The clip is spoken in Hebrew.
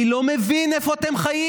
אני לא מבין איפה אתם חיים.